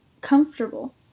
comfortable